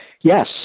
Yes